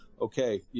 okay